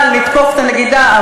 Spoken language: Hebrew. אבל נתקוף את הנגידה,